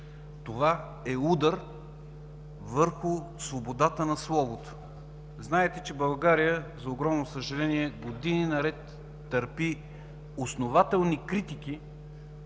е удар върху свободата на словото. Знаете, че България, за огромно съжаление, години наред търпи основателни критики